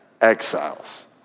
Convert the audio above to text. exiles